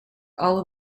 all